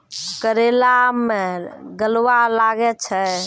करेला मैं गलवा लागे छ?